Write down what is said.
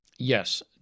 Yes